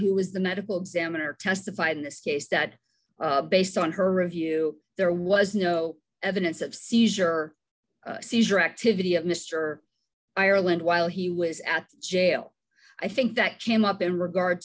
is the medical examiner testified in this case that based on her review there was no evidence of seizure seizure activity of mr ireland while he was at the jail i think that came up in regard